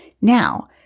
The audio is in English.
Now